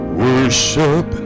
worship